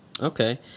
Okay